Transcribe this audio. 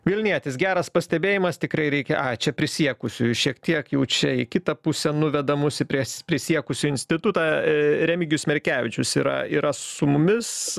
vilnietis geras pastebėjimas tikrai reikia a čia prisiekusiųjų šiek tiek jau čia į kitą pusę nuveda mus į prie prisiekusių institutą remigijus merkevičius yra yra su mumis